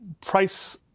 price